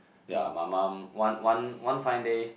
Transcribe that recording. yea my mom one one one fine day